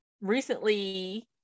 recently